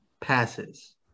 passes